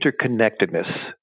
interconnectedness